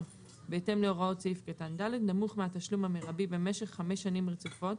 בהתאם להוראות סעיף קטן (ד) נמוך מהתשלום המרבי במשך 5 שנים רצופות